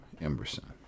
Emerson